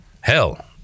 Hell